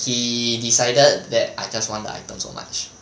he decided that I just want the items so much